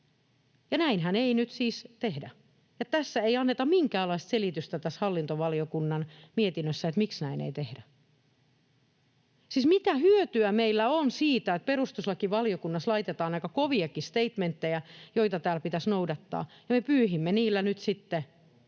Ja näinhän ei nyt siis tehdä, ja tässä hallintovaliokunnan mietinnössä ei anneta minkäänlaista selitystä, miksi näin ei tehdä. Siis mitä hyötyä meillä on siitä, että perustuslakivaliokunnassa laitetaan aika koviakin steitmenttejä, joita täällä pitäisi noudattaa, ja me pyyhimme niillä nyt sitten